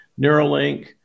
Neuralink